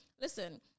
Listen